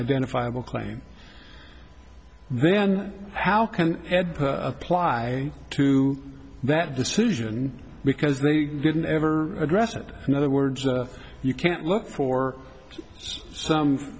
identifiable claim then how can ply to that decision because they didn't ever address it in other words you can't look for some